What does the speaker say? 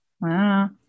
Wow